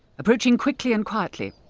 approaching quickly and quietly,